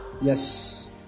yes